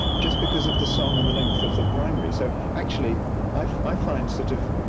just because of the song and the length of the primary. so actually i find sort of,